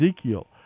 Ezekiel